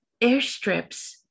airstrips